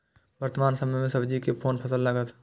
वर्तमान समय में सब्जी के कोन फसल लागत?